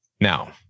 Now